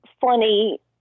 funny